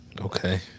Okay